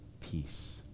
peace